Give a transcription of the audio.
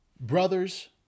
brothers